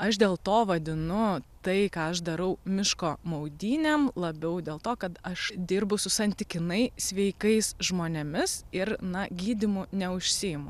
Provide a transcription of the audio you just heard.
aš dėl to vadinu tai ką aš darau miško maudynėm labiau dėl to kad aš dirbu su santykinai sveikais žmonėmis ir na gydymu neužsiimu